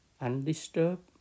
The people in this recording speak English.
undisturbed